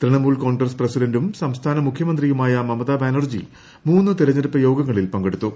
തൃണമൂൽ കോൺഗ്രസ്സ് പ്രസിഡന്റൂട്ട് സംസ്ഥാന മുഖ്യമന്ത്രിയുമായ മമതബാനർജി മൂന്ന് തെരഞ്ഞെടുപ്പ് യോഗങ്ങളിൽ പങ്കെടുത്തു